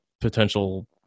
potential